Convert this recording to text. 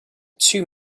two